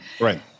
Right